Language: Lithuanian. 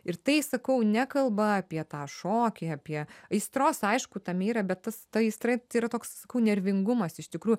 ir tai sakau nekalba apie tą šokį apie aistros aišku tame yra bet ta aistra yra toks nervingumas iš tikrųjų